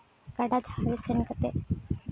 ᱜᱟᱰᱟ ᱫᱷᱟᱨᱮ ᱥᱮᱱ ᱠᱟᱛᱮᱫ